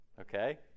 okay